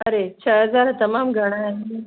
अरे छह हज़ार तमामु घणा आहिनि